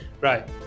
Right